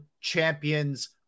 champions